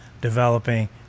developing